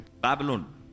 Babylon